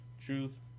truth